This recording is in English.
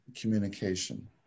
communication